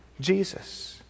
jesus